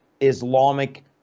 Islamic